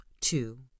two